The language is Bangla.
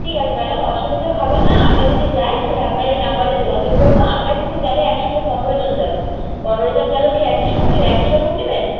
ঠিক আছে ম্যাডাম অসুবিধে হবে না আমরা যদি যাই তাহলে আপনার এই নাম্বারে যোগাযোগ করব আমরা কিন্তু গেলে একসঙ্গে পনেরো জন যাব পনেরো জন গেলেও কি একই সমস্ একই রকম নেবেন